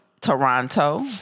Toronto